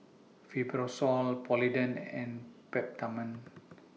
Fibrosol Polident and Peptamen